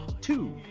two